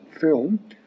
film